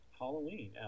halloween